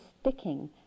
sticking